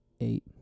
Eight